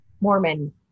Mormon